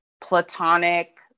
platonic